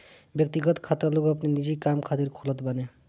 व्यक्तिगत खाता लोग अपनी निजी काम खातिर खोलत बाने